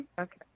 Okay